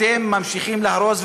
אתם ממשיכים להרוס,